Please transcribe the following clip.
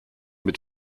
mit